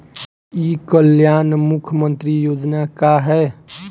ई कल्याण मुख्य्मंत्री योजना का है?